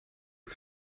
met